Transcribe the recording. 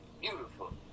beautiful